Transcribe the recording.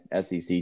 SEC